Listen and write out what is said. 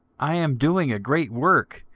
i am doing a great work,